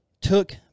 took